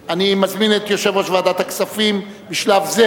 בקריאה שלישית וייכנס לספר החוקים של מדינת ישראל.